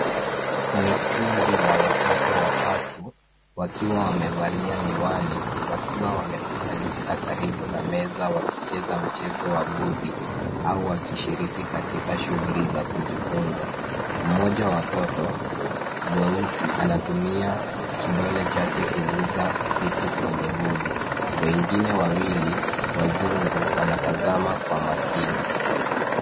Ni kundi la watoto watatu wakiwa wamevalia miwani, wakiwa wamekusanyika karibu na meza wakicheza mchezo wa bodi au wakishiriki katika shughuli za kujifunza. Mmoja wa watoto, mweusi anatumia kidole chake kuguza kitu kwenye bodi. Wengine wawili, wazungu wanatazama kwa makini.